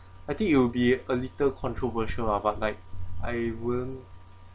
I think it'll be a little controversial lah but like I won't